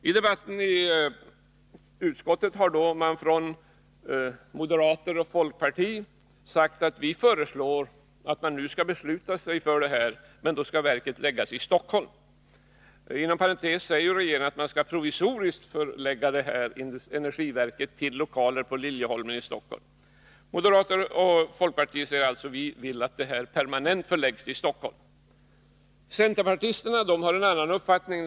I debatten i utskottet har moderater och folkpartister sagt: Vi föreslår att man nu skall fatta beslut, men då skall verket läggas i Stockholm. Inom parentes anför regeringen att energiverket provisoriskt skall förläggas till lokaler i Liljeholmen i Stockholm. Moderater och folkpartister i utskottet säger alltså: Vi vill att verket permanent förläggs till Stockholm. Centerpartisterna har en annan uppfattning.